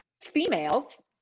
females